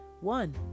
One